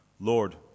Lord